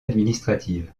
administrative